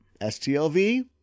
STLV